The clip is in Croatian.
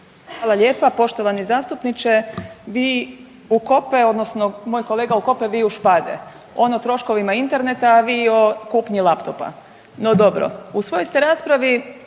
Hvala lijepa. Poštovani zastupniče vi u kope odnosno moj kolega u kupe, vi u špade. On o troškovima interneta, a vi o kupnji laptopa. No dobro. U svojoj ste raspravi